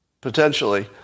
potentially